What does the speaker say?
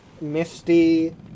Misty